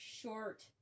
short